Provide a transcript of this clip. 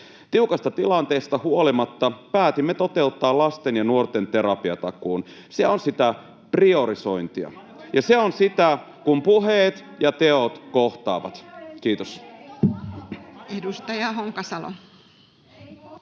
Tiukasta tilanteesta huolimatta päätimme toteuttaa lasten ja nuorten terapiatakuun. Se on sitä priorisointia, ja se on sitä, kun puheet ja teot kohtaavat. [Krista